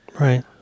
Right